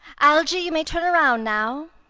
algy, you may turn round now.